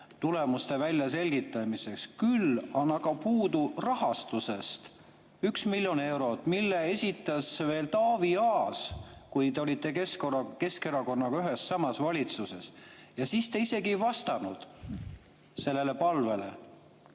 tulemuste väljaselgitamiseks. Küll on aga puudu rahastusest 1 miljon eurot, mille [kohta] esitas [taotluse] veel Taavi Aas, kui te olite Keskerakonnaga samas valitsuses, ja siis te isegi ei vastanud sellele palvele.